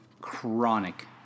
chronic